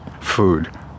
food